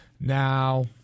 Now